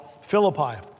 Philippi